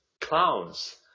clowns